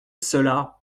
cela